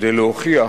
כדי להוכיח